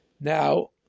Now